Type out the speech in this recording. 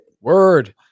Word